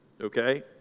okay